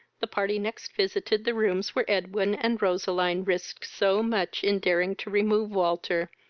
the party next visited the rooms where edwin and roseline risked so much in daring to remove walter,